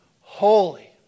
holy